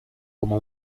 como